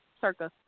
circa